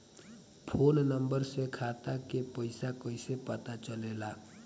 Phone number से खाता के पइसा कईसे पता चलेला?